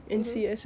mmhmm